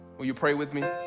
will you pray with me?